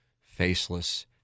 faceless